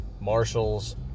marshals